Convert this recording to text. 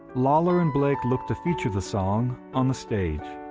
lawlor and blake looked to feature the song on the stage.